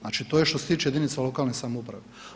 Znači to je što se tiče jedinice lokalne samouprave.